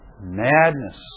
madness